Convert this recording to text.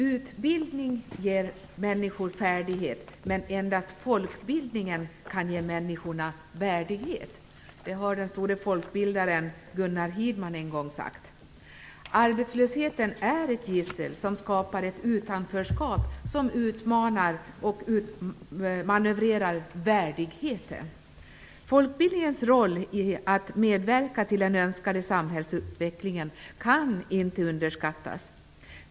"Utbildning ger människor färdighet, men endast folkbildning kan ge människorna värdighet." Det har den store folkbildaren Gunnar Hirdman en gång sagt. Arbetslösheten är ett gissel som skapar ett utanförskap som utmanar och utmanövrerar värdigheten. Folkbildningens roll när det gäller att medverka till den önskade samhällsutvecklingen kan inte underskattas.